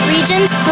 Region's